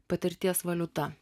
patirties valiuta